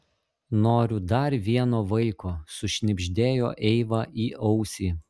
noriu dar vieno vaiko sušnibždėjo eiva į ausį